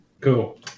cool